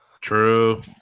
True